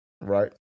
right